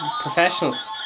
professionals